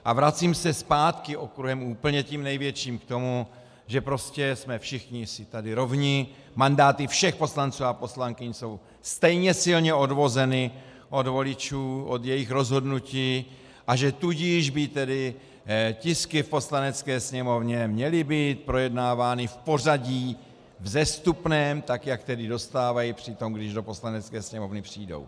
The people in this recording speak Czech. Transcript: A vracím se zpátky okruhem úplně tím největším k tomu, že prostě jsme všichni si tady rovni, mandáty všech poslanců a poslankyň jsou stejně silně odvozeny od voličů, od jejich rozhodnutí, a že tudíž by tedy tisky v Poslanecké sněmovně měly být projednávány v pořadí vzestupném, tak jak je tedy dostávají při tom, když do Poslanecké sněmovny přijdou.